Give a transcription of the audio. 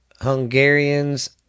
Hungarians